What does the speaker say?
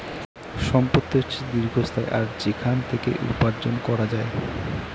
সম্পত্তি হচ্ছে দীর্ঘস্থায়ী আর সেখান থেকে উপার্জন করা যায়